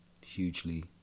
hugely